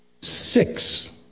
six